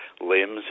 limbs